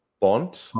Bond